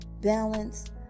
balance